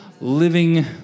living